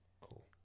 Cool